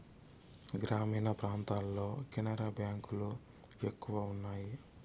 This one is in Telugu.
గ్రామీణ ప్రాంతాల్లో కెనరా బ్యాంక్ లు ఎక్కువ ఉన్నాయి